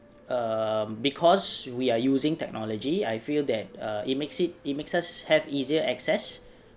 err because we are using technology I feel that err it makes it it makes us have easier access